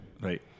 Right